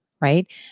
right